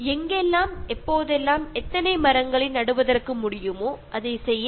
എവിടെയെല്ലാം കഴിയുന്നുവോ എപ്പോഴെല്ലാം കഴിയുന്നുവോ എത്രയെണ്ണം ചെയ്യാൻ കഴിയുന്നുവോ അത്രയും ചെയ്യുക